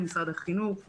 למשרד החינוך,